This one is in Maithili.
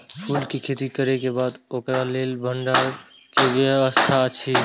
फूल के खेती करे के बाद ओकरा लेल भण्डार क कि व्यवस्था अछि?